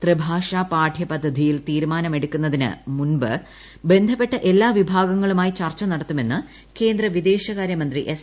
ത്രിഭാഷാ പാഠ്യപദ്ധതിയിൽ തീരുമാനമെടുക്കുന്നതിന് മുമ്പ് ബന്ധപ്പെട്ട എല്ലാ വിഭാഗി്ങ്ങളുമായി ചർച്ച നടത്തുമെന്ന് കേന്ദ്ര വിദേശകാര്യമന്ത്രി എസ്